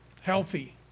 healthy